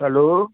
hello